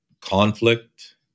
conflict